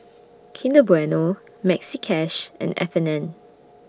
Kinder Bueno Maxi Cash and F and N